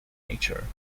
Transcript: nature